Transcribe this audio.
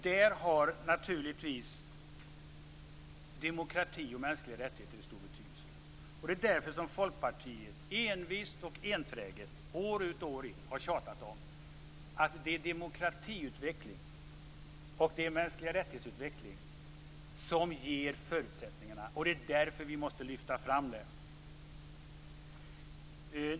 Där har naturligtvis demokrati och mänskliga rättigheter stor betydelse. Därför har Folkpartiet envist och enträget, år ut och år in, tjatat om att det är demokratiutveckling och utveckling av mänskliga rättigheter som ger förutsättningarna. Det är därför vi måste lyfta fram dem.